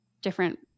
different